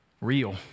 real